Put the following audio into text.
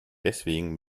deswegen